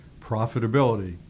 profitability